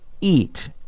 eat